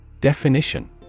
Definition